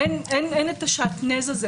אין את השעטנז הזה.